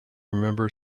remember